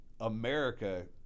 America